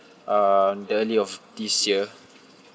um early of this year